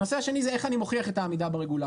הנושא השני זה איך אני מוכיח את העמידה ברגולציה.